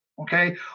Okay